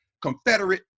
Confederate